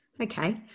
Okay